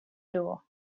door